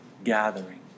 Gathering